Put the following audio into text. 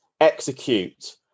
execute